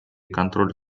контроля